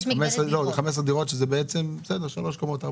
15 דירות שזה בעצם, בסדר 3 קומות.